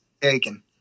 Taken